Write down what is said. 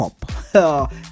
pop